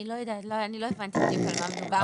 אני לא יודעת, אני לא הבנתי בדיוק על מה מדובר.